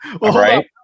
Right